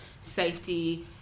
safety